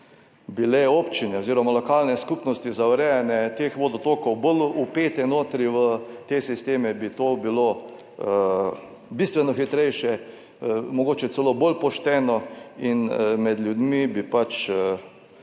bile občine oziroma lokalne skupnosti za urejanje teh vodotokov bolj vpete notri v te sisteme, bi to bilo bistveno hitrejše, mogoče celo bolj pošteno in med ljudmi bi pač